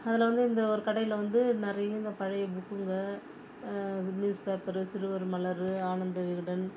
அதில் வந்து இந்த ஒரு கடையில் வந்து நிறைய இந்த பழைய புக்குங்க அது நியூஸ்பேப்பரு சிறுவர் மலர் ஆனந்த விகடன்